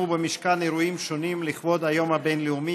להצעות לסדר-היום בנושא: ציון היום הבין-לאומי